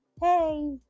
hey